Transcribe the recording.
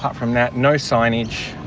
but from that no signage,